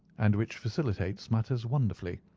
and which facilitates matters wonderfully.